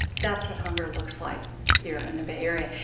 that's what hunger looks like here in the bay area.